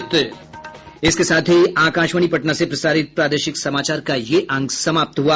इसके साथ ही आकाशवाणी पटना से प्रसारित प्रादेशिक समाचार का ये अंक समाप्त हुआ